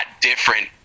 different